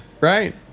right